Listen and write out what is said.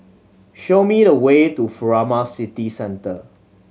show me the way to Furama City Centre